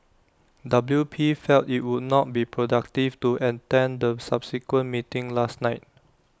W P felt IT would not be productive to attend the subsequent meeting last night